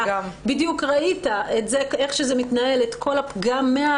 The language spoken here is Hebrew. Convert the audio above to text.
אתה בדיוק ראית איך שזה מתנהל, את כל הפגם.